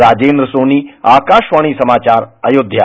राजेद्र सोनी आकाशवाणी समाचार अयोध्या